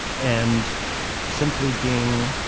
and simply being.